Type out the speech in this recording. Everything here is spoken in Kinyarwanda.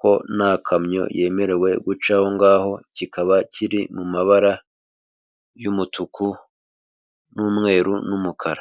ko nta kamyo yemerewe guca ahongaho kikaba kiri mu mabara y'umutuku n'umweru n'umukara.